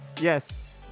Yes